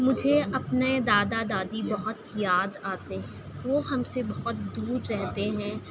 مجھے اپنے دادا دادی بہت یاد آتے ہیں وہ ہم سے بہت دور رہتے ہیں